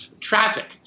traffic